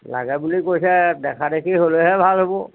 লাগে বুলি কৈছে দেখা দেখি হ'লেহে ভাল হ'ব